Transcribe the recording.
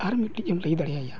ᱟᱨ ᱢᱤᱫᱴᱤᱡ ᱮᱢ ᱞᱟᱹᱭ ᱫᱟᱲᱮᱭᱟᱭᱟ